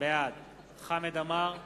בעד חמד עמאר,